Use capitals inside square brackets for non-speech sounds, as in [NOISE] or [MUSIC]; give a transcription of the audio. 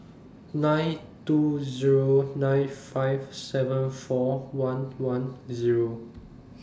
nine two Zero nine five seven four one one Zero [NOISE]